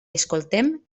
escoltem